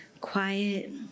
quiet